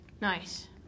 Nice